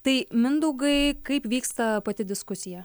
tai mindaugai kaip vyksta pati diskusija